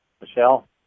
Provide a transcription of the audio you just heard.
Michelle